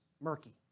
murky